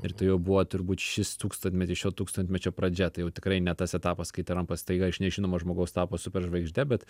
ir tai jau buvo turbūt šis tūkstantmetis šio tūkstantmečio pradžia tai jau tikrai ne tas etapas kai trampas staiga iš nežinomo žmogaus tapo superžvaigžde bet